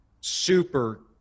super